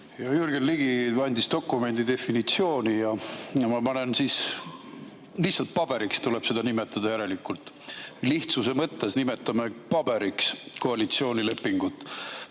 Hea Jürgen Ligi andis dokumendi definitsiooni ja lihtsalt paberiks tuleb seda nimetada järelikult. Lihtsuse mõttes nimetame koalitsioonilepingut